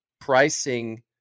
pricing